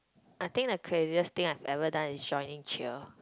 I think the craziest thing I've ever done is joining cheer